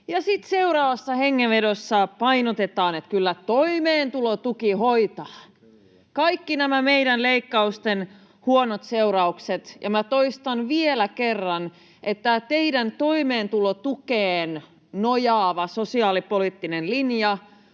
seuraavassa hengenvedossa painotetaan, että kyllä toimeentulotuki hoitaa kaikki nämä meidän leikkaustemme huonot seuraukset. Minä toistan vielä kerran, että teidän toimeentulotukeen nojaava sosiaalipoliittinen linjanne